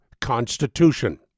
Constitution